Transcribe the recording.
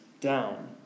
down